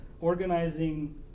organizing